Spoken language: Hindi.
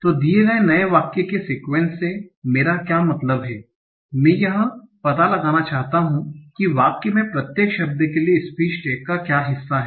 तो दिए गए नए वाक्य के सीक्वेंस से मेरा क्या मतलब है मैं यह पता लगाना चाहता हूं कि वाक्य में प्रत्येक शब्द के लिए स्पीच टैग का क्या हिस्सा है